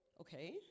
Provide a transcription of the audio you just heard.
Okay